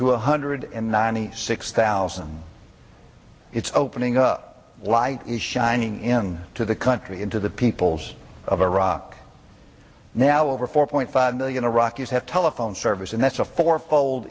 a hundred and ninety six thousand it's opening up a light shining in to the country into the peoples of iraq now over four point five million iraqis have telephone service and that's a four fold